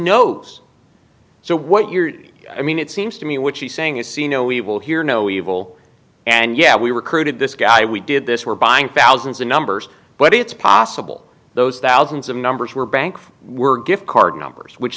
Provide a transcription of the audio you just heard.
knows so what you're i mean it seems to me what she's saying is see no we will hear no evil and yeah we recruited this guy we did this we're buying thousands of numbers but it's possible those thousands of numbers where banks were gift card numbers which